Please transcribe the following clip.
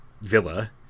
villa